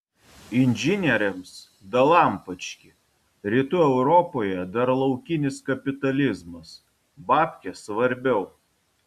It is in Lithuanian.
inžinieriams dalampački rytų europoje dar laukinis kapitalizmas babkės svarbiau